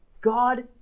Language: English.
God